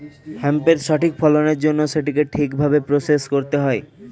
হেম্পের সঠিক ফলনের জন্য সেটিকে ঠিক ভাবে প্রসেস করতে হবে